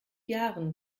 jahren